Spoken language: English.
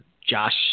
Josh